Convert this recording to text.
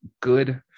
good